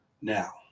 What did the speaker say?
now